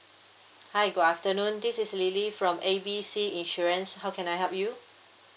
hi good afternoon this is lily from A B C insurance how can I help you